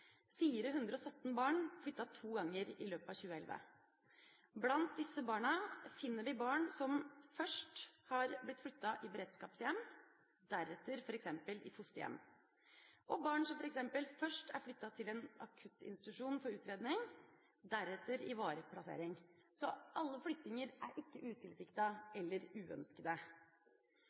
417 barn flyttet to ganger i løpet av 2011. Blant disse barna finner vi barn som først har blitt flyttet i beredskapshjem, deretter f.eks. i fosterhjem, og barn som f.eks. først er flyttet til en akuttinstitusjon for utredning, deretter i varig plassering. Så alle flyttinger er ikke utilsiktet eller